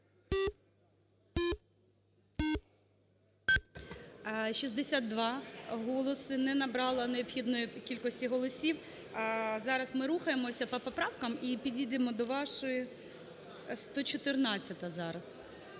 За-62 Не набрала необхідної кількості голосів. Зараз ми рухаємося по правках і підійдемо до вашої, 114-а зараз.